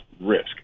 risk